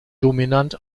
dominant